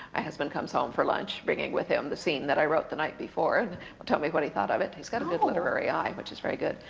husband comes home for lunch, bringing with him the scene that i wrote the night before, and tell me what he thought of it. he's got a good literary eye, which is very good.